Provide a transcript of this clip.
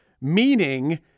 meaning